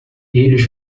eles